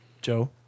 Joe